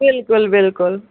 بلکُ بلکُل